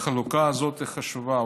החלוקה הזאת חשובה.